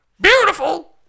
Beautiful